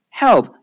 help